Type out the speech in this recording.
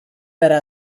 era